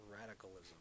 radicalism